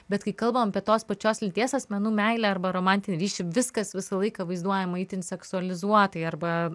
bet kai kalbam apie tos pačios lyties asmenų meilę arba romantinį ryšį viskas visą laiką vaizduojama itin seksualizuotai arba